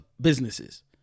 businesses